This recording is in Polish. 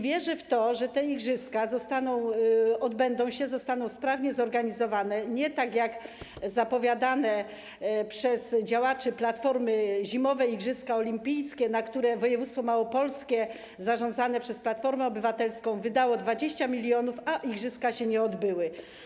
Wierzę w to, że te igrzyska odbędą się, zostaną sprawnie zorganizowane, nie tak jak zapowiadane przez działaczy Platformy zimowe igrzyska olimpijskie, na które województwo małopolskie zarządzane przez Platformę Obywatelską wydało 20 mln zł, a igrzyska się nie odbyły.